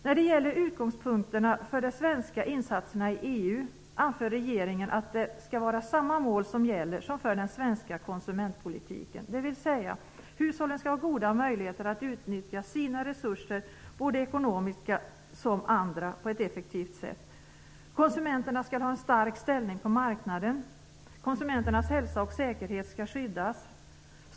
När det gäller utgångspunkterna för de svenska insatserna i EU anför regeringen att det skall vara samma mål som gäller som för den svenska konsumentpolitiken. Hushållen skall ha goda möjligheter att utnyttja sina resurser, både ekonomiska och andra, på ett effektivt sätt. Konsumenterna skall ha en stark ställning på marknaden. Konsumenternas hälsa och säkerhet skall skyddas.